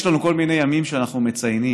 יש לנו כל מיני ימים שאנחנו מציינים,